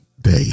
day